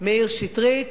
מאיר שטרית